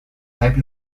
type